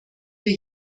wir